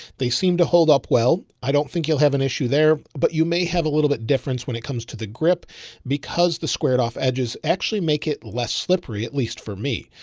they seem to hold up. well, i don't think you'll have an issue there, but you may have a little bit difference when it comes to the grip because the squared off edges actually make it less slippery, at least for me.